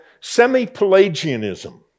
semi-Pelagianism